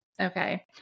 Okay